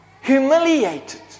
humiliated